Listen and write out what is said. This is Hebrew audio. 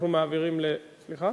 בסדר,